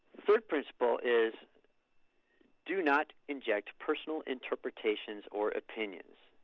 third principle is do not inject personal interpretations or opinions.